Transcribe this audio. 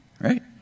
right